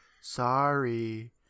Sorry